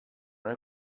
nel